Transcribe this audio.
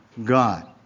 God